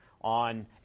on